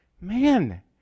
man